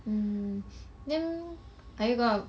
mm then are you gonna